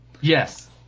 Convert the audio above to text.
yes